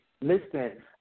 listen